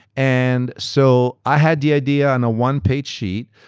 and so i had the idea on a one-page sheet,